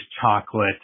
chocolate